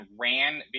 ran